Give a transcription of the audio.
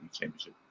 Championship